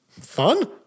Fun